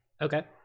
okay